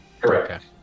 Correct